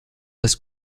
des